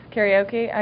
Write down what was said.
Karaoke